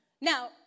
Now